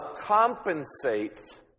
compensates